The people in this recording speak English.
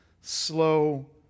slow